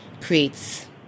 creates